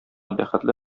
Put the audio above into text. бәхетле